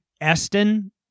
Esten